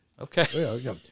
Okay